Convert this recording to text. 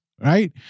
Right